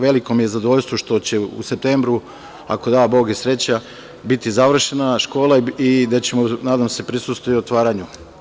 Veliko mi je zadovoljstvo što će u septembru, ako da Bog i sreća, biti završena škola i da ćemo, nadam se, prisustvovati i otvaranju.